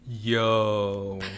Yo